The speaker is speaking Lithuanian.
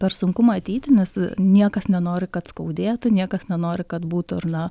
per sunku matyti nes niekas nenori kad skaudėtų niekas nenori kad būtų ar na